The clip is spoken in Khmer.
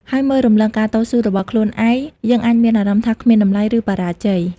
ហើយមើលរំលងការតស៊ូរបស់ខ្លួនឯង យើងអាចមានអារម្មណ៍ថាគ្មានតម្លៃ ឬបរាជ័យ។